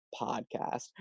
podcast